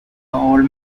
old